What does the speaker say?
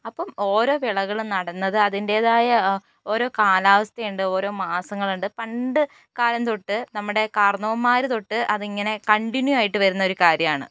അപ്പം ഓരോ വിളകളും നടുന്നത് അതിന്റേതായ ഓരോ കാലാവസ്ഥയുണ്ട് ഓരോ മാസങ്ങളുണ്ട് പണ്ടുകാലം തൊട്ട് നമ്മുടെ കാർണവന്മാർ തൊട്ട് അതിങ്ങനെ കണ്ടിന്യു ആയിട്ട് വരുന്നൊരു കാര്യമാണ്